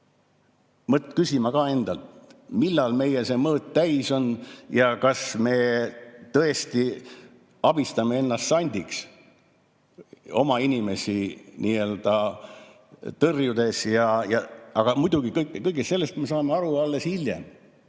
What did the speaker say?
küsima endalt, millal meie mõõt täis on. Kas me tõesti abistame ennast sandiks, oma inimesi nii‑öelda tõrjudes? Aga muidugi kõigest sellest me saame aru alles hiljem,